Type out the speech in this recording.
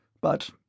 But